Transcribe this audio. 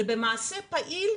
אלא במעשה פעיל,